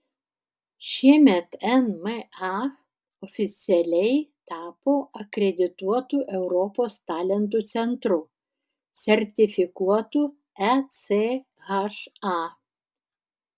šiemet nma oficialiai tapo akredituotu europos talentų centru sertifikuotu echa